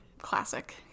Classic